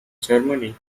germany